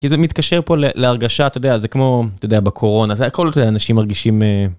כי זה מתקשר פה להרגשה, אתה יודע, זה כמו, אתה יודע, בקורונה, זה הכל, אתה יודע, אנשים מרגישים...